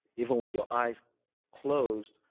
even with your eyes closed,